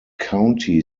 county